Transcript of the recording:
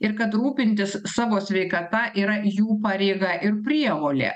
ir kad rūpintis savo sveikata yra jų pareiga ir prievolė